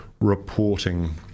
reporting